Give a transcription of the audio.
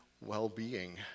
well-being